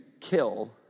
kill